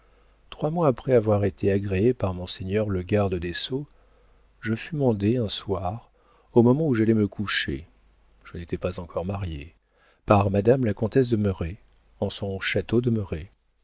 trois mois après avoir été agréé par monseigneur le garde des sceaux je fus mandé un soir au moment où j'allais me coucher je n'étais pas encore marié par madame la comtesse de merret en son château de